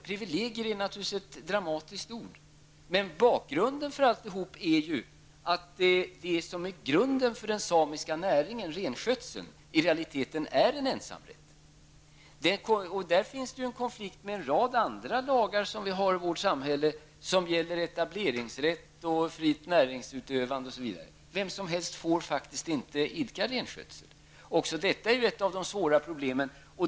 ''Privilegier'' är naturligtvis ett dramatiskt ord, men bakgrunden är att det som är förutsättningen för den samiska näringen renskötseln är att denna i realiteten är en ensamrätt. Där finns det en konflikt med en rad andra lagar i vårt samhälle, lagar om etableringsrätt, fritt näringsutövande osv. Vem som helst får faktiskt inte idka renskötsel. Detta är ett av de svåra problemen.